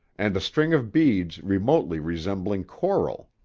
and a string of beads remotely resembling coral.